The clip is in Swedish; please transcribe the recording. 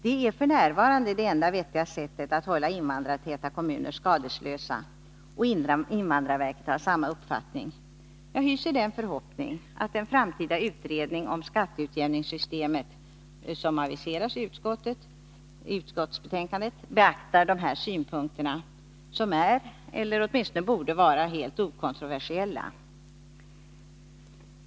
Det är f.n. det enda vettiga sättet att hålla invandrartäta kommuner skadeslösa, och invandrarverket har samma uppfattning. Jag hyser den förhoppningen att den framtida utredningen om skatteutjämningssystemet, som aviseras i betänkandet, beaktar dessa synpunkter, som är eller åtminstone borde vara helt okontroversiella.